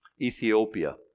Ethiopia